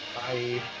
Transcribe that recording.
Bye